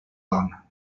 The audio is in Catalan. dona